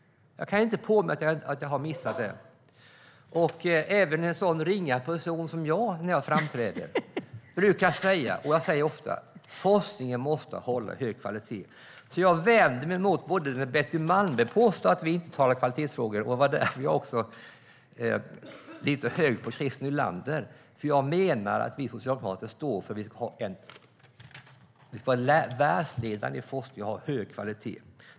Jag kan inte påminna mig om det. Även en sådan ringa person som jag brukar när jag framträder säga, och jag säger det ofta, att forskningen måste hålla hög kvalitet. Jag vänder mig därför emot att Betty Malmberg påstår att vi inte talar kvalitetsfrågor, och det var också därför jag högg lite grann på Christer Nylander, för jag menar att vi socialdemokrater står för att vi ska vara världsledande i forskning och ha hög kvalitet.